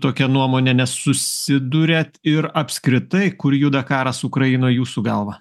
tokia nuomone nesusiduriat ir apskritai kur juda karas ukrainoj jūsų galva